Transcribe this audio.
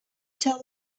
tell